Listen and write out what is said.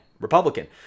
Republican